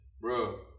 bro